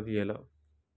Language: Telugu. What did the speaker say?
అది ఎలా?